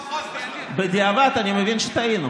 הרי אני רוצה לספר לך,